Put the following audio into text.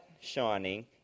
shining